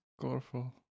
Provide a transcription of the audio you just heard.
colorful